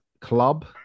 club